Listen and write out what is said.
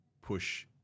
push